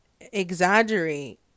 exaggerate